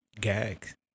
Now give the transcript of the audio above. Gags